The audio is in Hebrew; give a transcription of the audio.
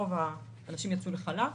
ורוב האנשים יצאו לחל"ת.